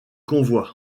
convois